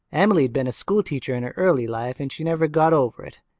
emily'd been a schoolteacher in her early life and she'd never got over it.